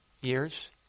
years